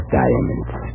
diamonds